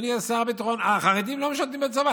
אדוני שר הביטחון, החרדים לא משרתים בצבא.